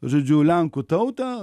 žodžiu lenkų tautą